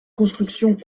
construction